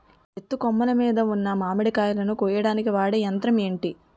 ఎత్తు కొమ్మలు మీద ఉన్న మామిడికాయలును కోయడానికి వాడే యంత్రం ఎంటి?